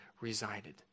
resided